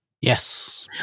Yes